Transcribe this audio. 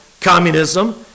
communism